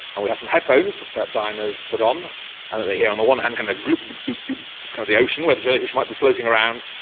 and we have some headphones that diners put on and they hear on the one hand the kind of gloop-gloop-gloop of kind of the ocean where the jellyfish might be floating around,